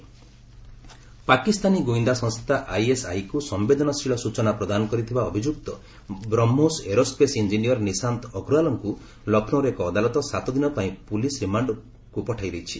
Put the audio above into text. କୋଟି ଅପ୍ ପାକିସ୍ତାନୀ ଗୁଇନ୍ଦା ସଂସ୍ଥା ଆଇଏସ୍ଆଇ କୁ ସମ୍ବେଦନଶୀଳ ସୂଚନା ପ୍ରଦାନ କରିଥିବା ଅଭିଯୁକ୍ତ ବ୍ରହ୍ମୋଷ ଏରୋସ୍େସ୍ ଇଞ୍ଜିନିୟର ନିଶାନ୍ତ ଅଗ୍ରୱାଲାକୁ ଲକ୍ଷ୍ମୌର ଏକ ଅଦାଲତ ସାତ ଦିନ ପାଇଁ ପୁଲିସ୍ ରିମାଣ୍ଡକୁ ପଠାଇ ଦେଇଛନ୍ତି